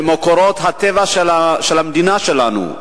רווחי מקורות הטבע של המדינה הזאת,